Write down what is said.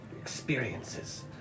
experiences